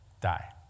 die